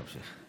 בבקשה תמשיך.